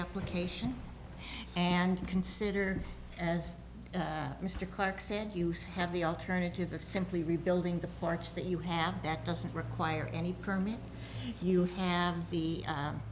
application and consider as mr clarke said you have the alternative of simply rebuilding the parks that you have that doesn't require any permit you have